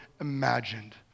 imagined